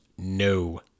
no